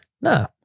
No